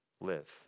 live